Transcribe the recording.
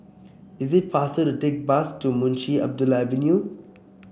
is it faster to take bus to Munshi Abdullah Avenue